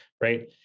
right